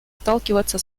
сталкиваться